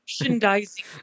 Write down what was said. Merchandising